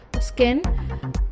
skin